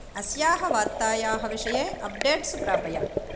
अस्याः वार्तायाः विषये अप्डेट्स् प्रापय